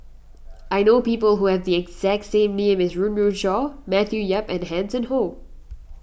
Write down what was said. I know people who have the exact say as Run Run Shaw Matthew Yap and Hanson Ho